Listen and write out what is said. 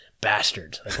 Bastards